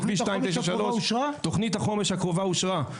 בכביש 293 --- תוכנית החומש הקרובה אושרה?